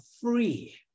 free